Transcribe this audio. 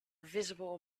visible